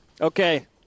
Okay